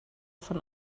von